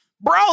bro